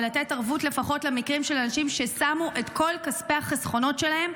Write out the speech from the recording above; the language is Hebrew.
ולתת ערבות לפחות למקרים של אנשים ששמו את כל כספי החסכונות שלהם,